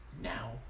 now